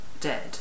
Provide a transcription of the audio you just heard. dead